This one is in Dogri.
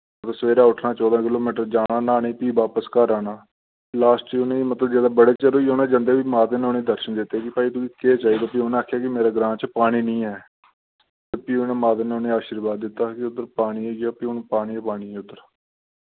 ते सवेरै उट्ठना चौह्दां किलोमीटर जाना न्हौने ही फ्ही बापस घर आना लास्ट च उ'नें मतलब जिल्लै बड़े चिर होइया उ'नें जंदे फ्ही माता ने उ'नें दर्शन दित्ते कि भाई तुकी केह् चाहिदा फ्ही उ'नें आखेआ कि मेरे ग्रां च पानी निं ऐ फ्ही उ'नें माता ने उ'नें आशीर्वाद दित्ता कि उद्दर पानी होइया फ्ही हून पानी गै पानी ऐ उद्दर